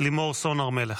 לימור סון הר מלך.